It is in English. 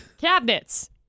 Cabinets